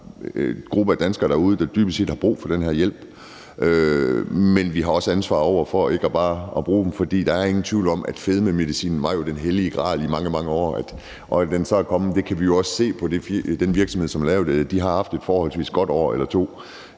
klart en gruppe af danskere derude, der dybest set har brug for den her hjælp, men vi har også et ansvar i forhold til ikke bare at bruge den uden omtanke. For der er ingen tvivl om, at fedmemedicin jo var den hellige gral i mange, mange år. At den så er kommet, kan vi også se på den virksomhed, som har lavet den; den har jo haft et forholdsvis godt år eller to,